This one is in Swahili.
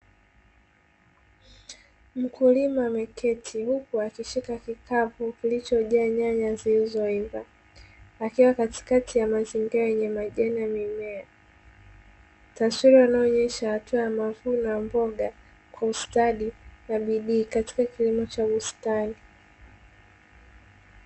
Mkulima ameketi huku akishika kikapu kilichojaa nyanya zilizoiva. Akiwa katikati ya mazingira yenye majani na mimea. Taswira inayoonyesha hatua ya mavuno ya mboga, konstadi, na mabidi katika kilimo cha bustani.